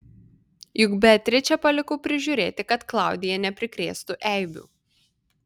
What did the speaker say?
juk beatričę palikau prižiūrėti kad klaudija neprikrėstų eibių